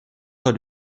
pas